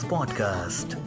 Podcast